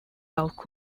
out